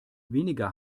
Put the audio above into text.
weniger